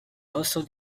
also